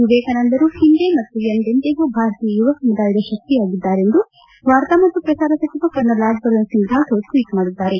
ವಿವೇಕಾನಂದರು ಒಂದೆ ಮತ್ತು ಎಂದೆಂದಿಗೂ ಭಾರತೀಯ ಯುವ ಸಮುದಾಯದ ಶಕ್ತಿಯಾಗಿದ್ದಾರೆ ಎಂದು ವಾರ್ತಾ ಮತ್ತು ಪ್ರಸಾರ ಸಚಿವ ಕರ್ನಲ್ ರಾಜ್ಯವರ್ಧನ ಸಿಂಗ್ ರಾಠೋಡ್ ಟ್ವೀಟ್ ಮಾಡಿದ್ದಾರೆ